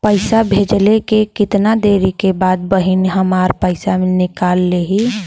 पैसा भेजले के कितना देरी के बाद बहिन हमार पैसा निकाल लिहे?